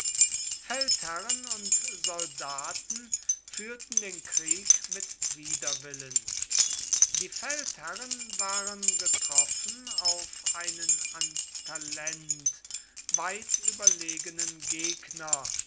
feldherren und soldaten führten den krieg mit widerwillen die feldherren waren getroffen auf einen an talent weit überlegenen gegner